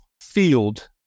field